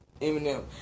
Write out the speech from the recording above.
Eminem